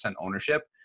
ownership